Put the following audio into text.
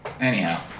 Anyhow